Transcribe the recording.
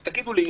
אז תגידו לי,